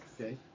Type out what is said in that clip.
Okay